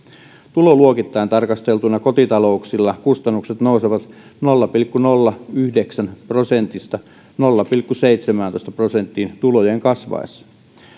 tuloluokittain tarkasteltuna kotitalouksilla kustannukset nousevat nolla pilkku nolla yhdeksän prosentista nolla pilkku seitsemääntoista prosenttiin tulojen kasvaessa